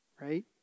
right